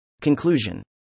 Conclusion